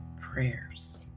prayers